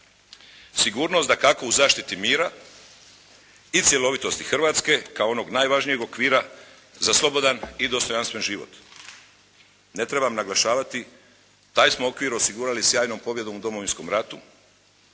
Sigurnost dakako u zaštiti mira i cjelovitosti Hrvatske kao onog najvažnijeg okvira za slobodan i dostojanstven život. Ne trebam naglašavati, taj smo okvir osigurali sjajnom pobjedom u Domovinskom ratu.